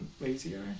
lazier